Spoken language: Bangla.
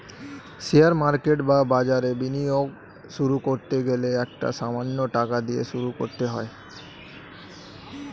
শেয়ার মার্কেট বা বাজারে বিনিয়োগ শুরু করতে গেলে একটা সামান্য টাকা দিয়ে শুরু করতে হয়